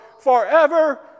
forever